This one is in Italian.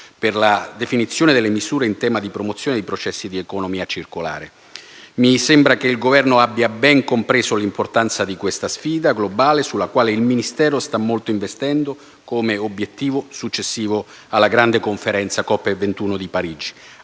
per la definizione delle misure in tema di promozione dei processi di economia circolare è stato molto proficuo. Mi sembra che il Governo abbia ben compreso l'importanza di questa sfida globale sulla quale il Ministero sta investendo molto come obiettivo successivo alla grande Conferenza COP21 di Parigi,